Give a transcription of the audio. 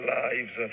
lives